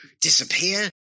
disappear